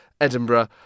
Edinburgh